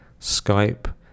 Skype